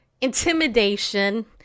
intimidation